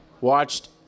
watched